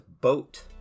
boat